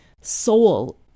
soul